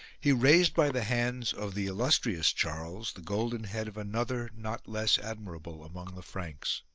he raised by the hands of the illustrious charles the golden head of another, not less admirable, among the franks.